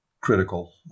critical